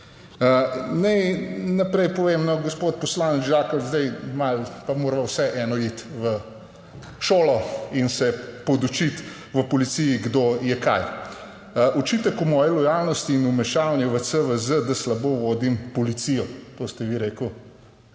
Naj naprej povem, no, gospod poslanec Žakelj, zdaj, malo pa morava vseeno iti v šolo in se podučiti v policiji, kdo je kaj. Očitek o moji lojalnosti in vmešavanju v CVZ, da slabo vodim policijo, to ste vi rekel.